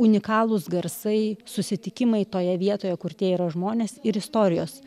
unikalūs garsai susitikimai toje vietoje kur tie yra žmonės ir istorijos